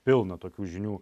pilna tokių žinių